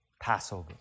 Passover